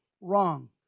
Wrong